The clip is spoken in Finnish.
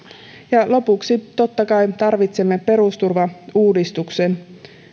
ja lopuksi totta kai tarvitsemme perusturvauudistuksen